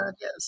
Yes